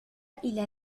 إلى